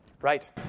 Right